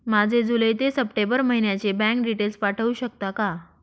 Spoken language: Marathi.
माझे जुलै ते सप्टेंबर महिन्याचे बँक डिटेल्स पाठवू शकता का?